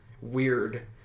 weird